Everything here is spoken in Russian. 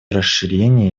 расширения